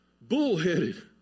bullheaded